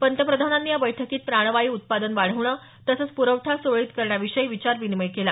पंतप्रधानांनी या बैठकीत प्राणवायू उत्पादन वाढवणं तसंच प्रवठा सुरळीत करण्याविषयी विचारविनिमय केला